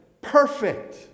Perfect